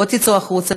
או שתצאו החוצה,